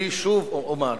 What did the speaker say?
אני שוב אומר,